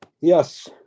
Yes